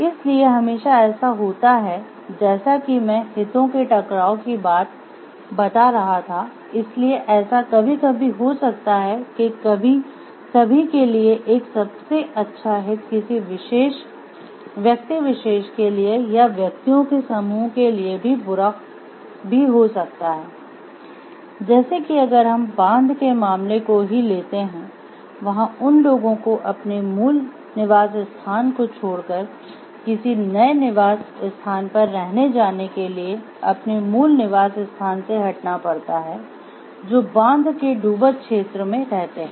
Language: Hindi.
इसलिए हमेशा ऐसा होता है जैसा कि मैं हितों के टकराव की बात बता रहा था इसलिए ऐसा कभी कभी हो सकता है कि सभी के लिए एक सबसे अच्छा हित किसी व्यक्ति विशेष के लिए या व्यक्तियों के समूह के लिए बुरा भी हो सकता है जैसे कि अगर हम बांध के मामले को ही लेते हैं वहां उन लोगों को अपने मूल निवास स्थान को छोड़कर किसी नए निवास स्थान पर रहने जाने के लिए अपने मूल निवास स्थान से हटना पड़ता है जो बांध के डूबत क्षेत्र में रहते है